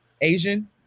Asian